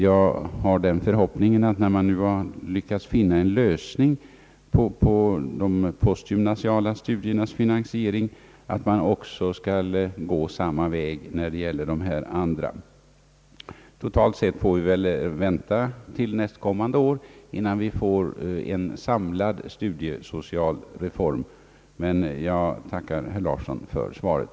Jag har den förhoppningen att man när man nu har lyckats finna en lösning på de postgymnasiala studiernas finansiering skall kunna gå samma väg också när det gäller dessa kategorier. Allmänt sett får vi ju vänta till nästkommande år innan det kommer en samlad studiesocial reform, men jag tackar ändå herr Larsson för svaret.